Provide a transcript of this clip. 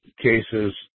cases